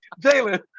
Jalen